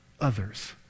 others